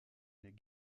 n’est